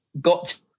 got